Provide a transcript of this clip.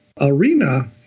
arena